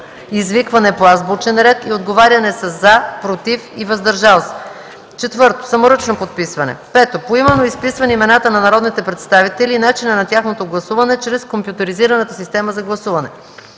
извикване по азбучен ред и отговаряне със „за”, „против” и „въздържал се”; 4. саморъчно подписване; 5. поименно изписване имената на народните представители и начина на тяхното гласуване чрез компютризираната система за гласуване.